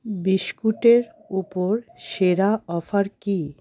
বিস্কুটের ওপর সেরা অফার কী